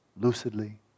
lucidly